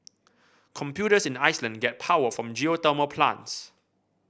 computers in Iceland get power from geothermal plants